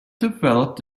developed